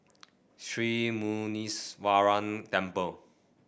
Sri Muneeswaran Temple